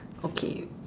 okay